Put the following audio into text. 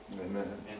Amen